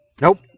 Nope